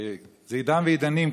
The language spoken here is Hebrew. זה עידן ועידנים,